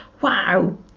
wow